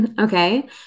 Okay